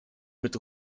mit